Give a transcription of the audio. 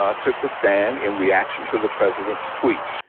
um took the stand in reaction to the president's tweet.